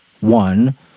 one